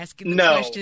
No